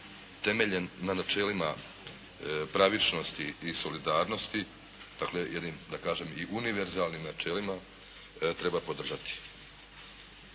temeljen na načelima pravičnosti i solidarnosti, dakle jednim da kažem i univerzalnim načelima, treba podržati.